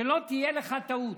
שלא תהיה לך טעות.